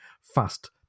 fast